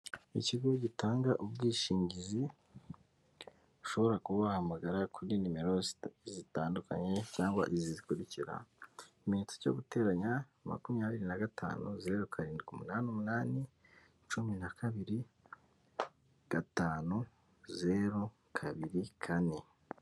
Ikigo gitanga ubwishingizi, yshobora kuba wahamagara kuri nimero zitandukanye cyangwa izi zikurikira, ikimenyetso cyo guteranya makumyabiri n'agatanu, zeru karindwi munani umuani ,cumi nakabiri ,gatanu, zeru kabiri kane.